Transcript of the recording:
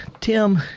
Tim